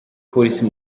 polisi